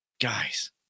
guys